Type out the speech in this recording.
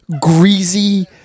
greasy